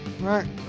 Right